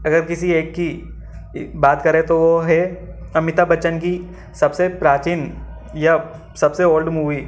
अगर किसी एक की बात करें तो वो है अमिताभ बच्चन की सबसे प्राचीन या सबसे ओल्ड मूवी